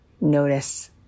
notice